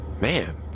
man